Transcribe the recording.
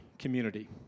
community